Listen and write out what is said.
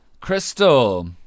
Crystal